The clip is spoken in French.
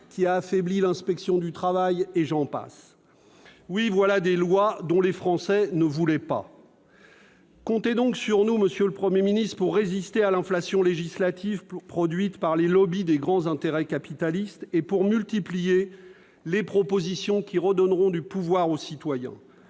qui a affaibli l'inspection du travail, et j'en passe. Oui, voilà des lois dont les Français ne voulaient pas. Monsieur le Premier ministre, comptez donc sur nous pour résister à l'inflation législative produite par les lobbys des grands intérêts capitalistes et pour multiplier les propositions qui redonneront du pouvoir aux citoyens.